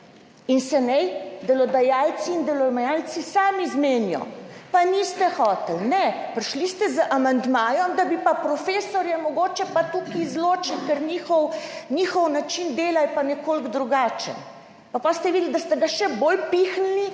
in se naj delodajalci in delodajalci sami zmenijo, pa niste hoteli. Ne, prišli ste z amandmajem, da bi pa profesorje mogoče pa tukaj izločili, ker njihov način dela je pa nekoliko drugačen. Pa potem ste videli, da ste ga še bolj pihnili,